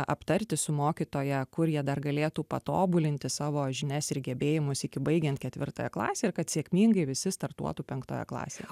aptarti su mokytoja kur jie dar galėtų patobulinti savo žinias ir gebėjimus iki baigiant ketvirtąją klasę ir kad sėkmingai visi startuotų penktoje klasėje